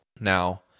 Now